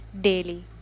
daily